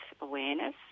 awareness